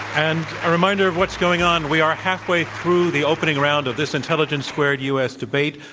and a reminder of what's going on. we are halfway through the opening round of this intelligence squared u. s. debate.